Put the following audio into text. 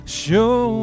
show